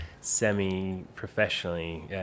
semi-professionally